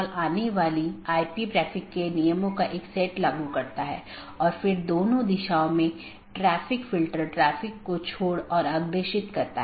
इसलिए open message दो BGP साथियों के बीच एक सेशन खोलने के लिए है दूसरा अपडेट है BGP साथियों के बीच राउटिंग जानकारी को सही अपडेट करना